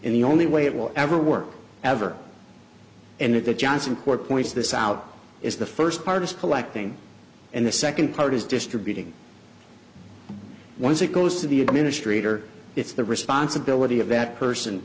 and the only way it will ever work ever and if the johnson court points this out is the first part of collecting and the second part is distributing once it goes to the administrator it's the responsibility of that person